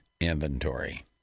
inventory